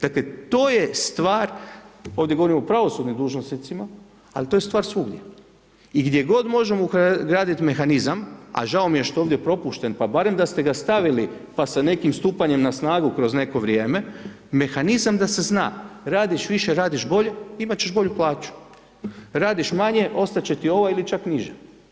Dakle, to je stvar, ovdje govorimo o pravosudnim dužnosnicima, ali to je stvar svugdje i gdje god možemo ugradit mehanizam, a žao mi je što je ovdje propušten pa barem da ste ga stavili pa sa nekim stupanjem na snagu kroz neko vrijeme, mehanizam da se zna, radiš više, radiš bolje imat ćeš bolju plaću, radiš manje ostat će ti ova ili čak niža.